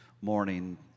morning